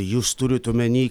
jūs turit omeny